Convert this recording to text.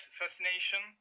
fascination